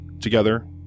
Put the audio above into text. Together